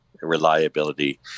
reliability